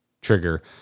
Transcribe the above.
trigger